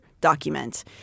document